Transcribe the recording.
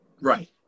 Right